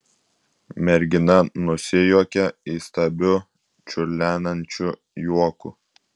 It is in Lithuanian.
mergina nusijuokė įstabiu čiurlenančiu juoku